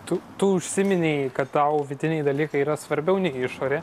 tu tu užsiminei kad tau vidiniai dalykai yra svarbiau nei išorė